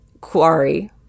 quarry